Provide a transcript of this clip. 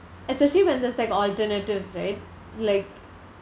especially when there's like alternatives right like